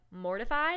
mortified